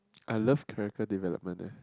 I love character development leh